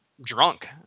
drunk